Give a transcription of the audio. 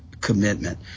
commitment